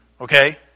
Okay